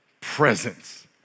presence